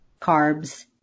Carbs